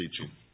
teaching